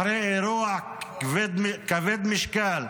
אחרי אירוע כבד משקל,